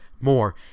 more